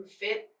fit